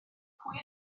pwy